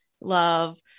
Love